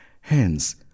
Hence